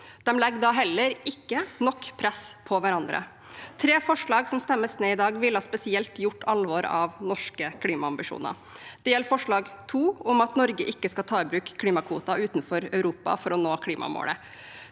De legger heller ikke nok press på hverandre. Tre forslag som stemmes ned i denne saken, ville spesielt gjort alvor av norske klimaambisjoner. Det gjelder forslag nr. 2, om at Norge ikke skal ta i bruk klimakvoter utenfor Europa for å nå klimamålet.